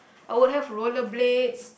I would have roller blades